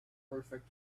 perfect